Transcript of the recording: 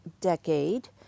decade